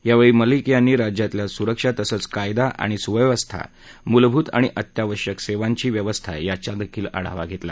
यावेळी मलिक यांनी राज्यातल्या सुरक्षा तसंच कायदा आणि सुव्यवस्था मूलभूत आणि अत्यावश्यक सेवांची व्यवस्था याचाही आढावा घेतला